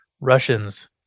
russians